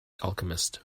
alchemist